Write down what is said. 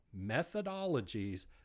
methodologies